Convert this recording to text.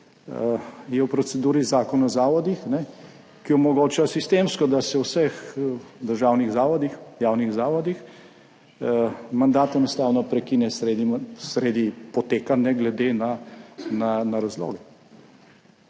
je v proceduri zakon o zavodih, ki omogoča, sistemsko, da se v vseh državnih zavodih, javnih zavodih mandat enostavno prekine sredi poteka, ne glede na razloge.